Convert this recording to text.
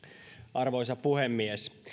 arvoisa puhemies